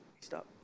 Stop